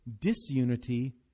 disunity